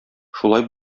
шулай